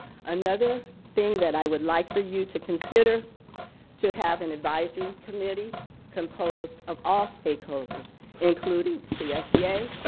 another thing that i would like for you to consider to have an advisory committee composed of all stakeholders including csea,